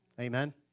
Amen